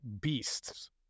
beasts